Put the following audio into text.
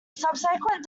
subsequent